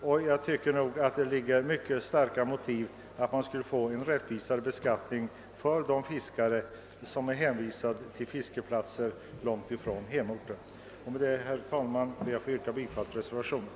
Vi anser att det föreligger starka motiv för en rättvisare beskattning för de fiskare som är hänvisade till fiskeplatser långt från hemorten. Med detta, herr talman, ber jag att få yrka bifall till reservationen.